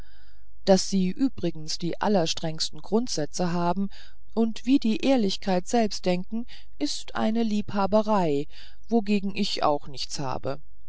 daß sie übrigens die allerstrengsten grundsätze haben und wie die ehrlichkeit selbst denken ist eine liebhaberei wogegen ich auch nichts habe